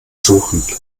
suchen